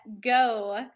go